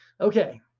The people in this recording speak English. Okay